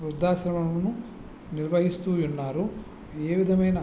వృద్ధాశ్రమమును నిర్వహిస్తూ ఉన్నారు ఏ విధమైన